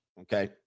okay